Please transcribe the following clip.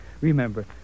Remember